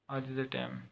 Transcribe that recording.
ਅੱਜ ਦੇ ਟਾਈਮ